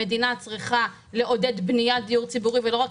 המדינה צריכה לעודד בניית דיור ציבורי ולא רק